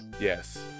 Yes